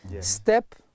Step